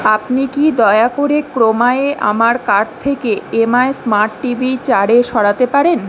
আপনি কি দয়া করে ক্রোমা এ আমার কার্ট থেকে M I smart TV চারে সরাতে পারেন